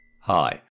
Hi